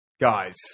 Guys